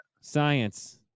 Science